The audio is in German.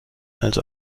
also